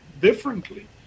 differently